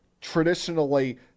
traditionally